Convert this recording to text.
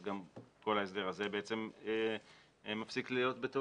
אז גם כל ההסדר הזה מפסיק להיות בתוקף.